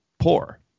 poor